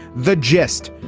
the gist?